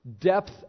depth